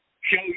Show